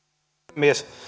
puhemies